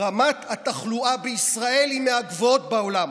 רמת התחלואה בישראל היא מהגבוהות בעולם.